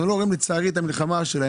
אנחנו לא רואים את המלחמה שלהם.